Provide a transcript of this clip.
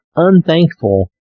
Unthankful